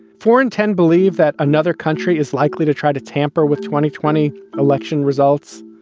four in ten believe that another country is likely to try to tamper with twenty twenty election results.